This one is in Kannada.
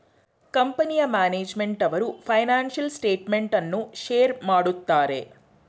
ಕಂಪನಿಯ ಮ್ಯಾನೇಜ್ಮೆಂಟ್ನವರು ಫೈನಾನ್ಸಿಯಲ್ ಸ್ಟೇಟ್ಮೆಂಟ್ ಅನ್ನು ಶೇರ್ ಮಾಡುತ್ತಾರೆ